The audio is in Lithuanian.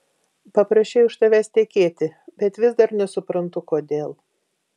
paprašei už tavęs tekėti bet vis dar nesuprantu kodėl